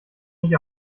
nicht